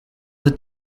the